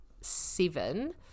seven